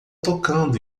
tocando